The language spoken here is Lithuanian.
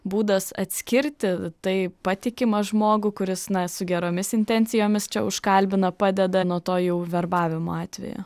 būdas atskirti tai patikimą žmogų kuris na su geromis intencijomis čia užkalbino padeda nuo to jau verbavimo atvejo